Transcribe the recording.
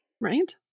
Right